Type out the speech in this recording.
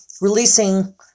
releasing